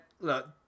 look